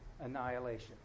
annihilation